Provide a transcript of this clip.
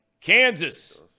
Kansas